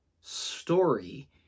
story